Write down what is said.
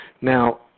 Now